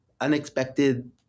unexpected